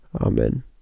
Amen